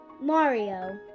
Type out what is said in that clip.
Mario